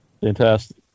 Fantastic